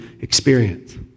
experience